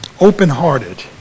Open-hearted